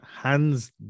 Hands